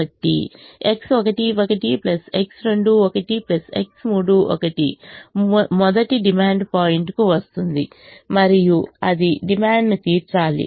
కాబట్టి X11 X21 X31 మొదటి demand పాయింట్కు వస్తుంది మరియు అది డిమాండ్ను తీర్చాలి